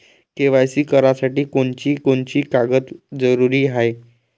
KYC करासाठी कोनची कोनची कागद जरुरी हाय?